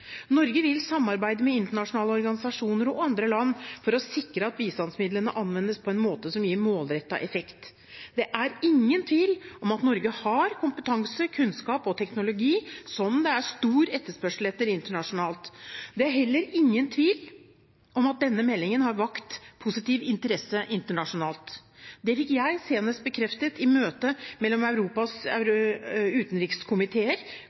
Norge vil samarbeide med internasjonale organisasjoner og andre land for å sikre at bistandsmidlene anvendes på en måte som gir målrettet effekt. Det er ingen tvil om at Norge har kompetanse, kunnskap og teknologi som det er stor etterspørsel etter internasjonalt. Det er heller ingen tvil om at denne meldingen har vakt positiv interesse internasjonalt. Det fikk jeg senest bekreftet i møte mellom Europas utenrikskomiteer,